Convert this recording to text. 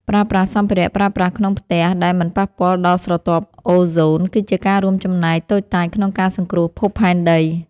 ប្រើប្រាស់សម្ភារប្រើប្រាស់ក្នុងផ្ទះដែលមិនប៉ះពាល់ដល់ស្រទាប់អូហ្សូនគឺជាការរួមចំណែកតូចតាចក្នុងការសង្គ្រោះភពផែនដី។